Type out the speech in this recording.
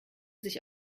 sich